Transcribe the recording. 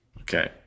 Okay